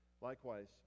Likewise